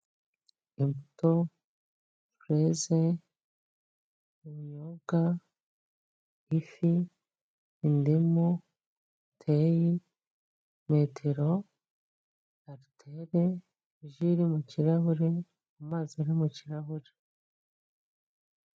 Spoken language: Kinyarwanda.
Imbuto, fureze, ubunyobwa, ifi, indimu, teyi, metero, aritere, ji iri mu kirahure, amazi ari mu kirahure.